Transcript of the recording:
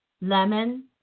lemon